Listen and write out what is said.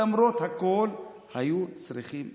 למרות הכול, היו צריכים לקבל.